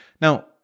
Now